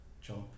jump